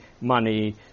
money